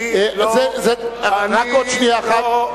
אני לא, רק עוד שנייה אחת.